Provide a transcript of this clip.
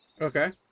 Okay